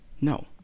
no